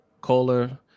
Kohler